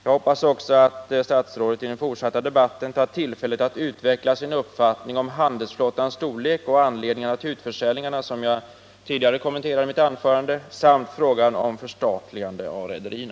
Jag hoppas till sist att statsrådet i den fortsatta debatten tar tillfället i akt att utveckla sin uppfattning när det gäller handelsflottans storlek, anledningarna till de utförsäljningar jag tidigare kommenterat samt frågan om förstatligande av rederier.